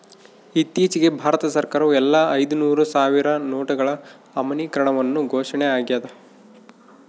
ಇತ್ತೀಚಿಗೆ ಭಾರತ ಸರ್ಕಾರವು ಎಲ್ಲಾ ಐದುನೂರು ಸಾವಿರ ನೋಟುಗಳ ಅಮಾನ್ಯೀಕರಣವನ್ನು ಘೋಷಣೆ ಆಗ್ಯಾದ